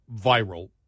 viral